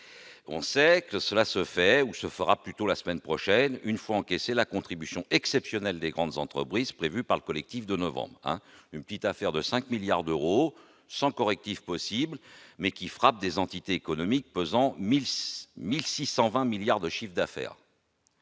On sait que cela se fera plutôt la semaine prochaine, une fois encaissée la contribution exceptionnelle des grandes entreprises prévue par le collectif de novembre : une petite affaire de 5 milliards d'euros, sans correctif possible, qui frappe des entités économiques pesant 1 620 milliards d'euros de chiffre d'affaires.